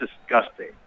disgusting